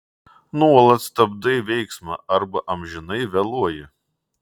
nuolat stabdai veiksmą arba amžinai vėluoji